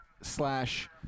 slash